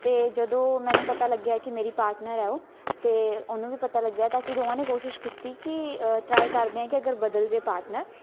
ਅਤੇ ਜਦੋਂ ਮੈਨੂੰ ਪਤਾ ਲੱਗਿਆ ਕਿ ਮੇਰੀ ਪਾਰਟਨਰ ਆ ਉਹ ਅਤੇ ਉਹਨੂੰ ਵੀ ਪਤਾ ਲੱਗਿਆ ਤਾਂ ਅਸੀਂ ਦੋਵਾਂ ਨੇ ਕੋਸ਼ਿਸ਼ ਕੀਤੀ ਕਿ ਟ੍ਰਾਈ ਕਰਦੇ ਹਾਂ ਕਿ ਅਗਰ ਬਦਲ ਜੇ ਪਾਰਟਨਰ